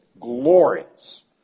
glorious